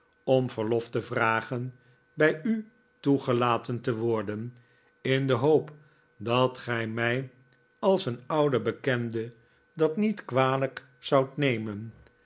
om verlof te vragen bij u toegelaten te worden in de hoop dat gij mij als een ouden bekende dat niet kwalijk zoudt nemen